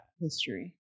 history